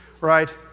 Right